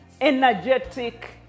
energetic